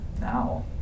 now